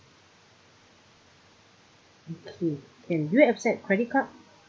okay can do you accept credit card